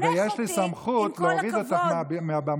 אבל יש לי סמכות להוריד אותך מהבמה.